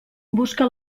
busca